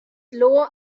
lower